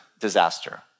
disaster